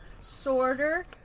sorter